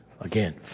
again